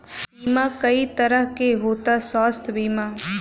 बीमा कई तरह के होता स्वास्थ्य बीमा?